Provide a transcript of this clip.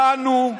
דנו,